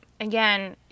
again